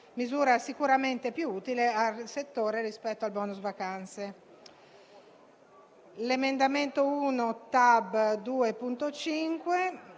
misura sicuramente più utile al settore rispetto al *bonus* vacanze. L'emendamento 1.Tab.2.5